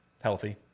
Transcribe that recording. Healthy